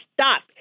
stop